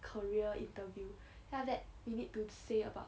career interview then after that we need to say about